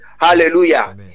Hallelujah